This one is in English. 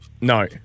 No